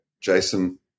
Jason